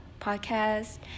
Podcast